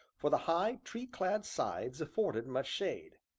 for the high, tree-clad sides afforded much shade.